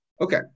Okay